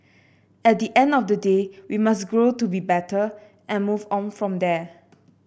at the end of the day we must grow to be better and move on from there